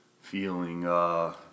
Feeling